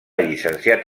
llicenciat